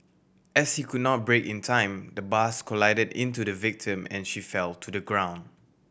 as he could not brake in time the bus collided into the victim and she fell to the ground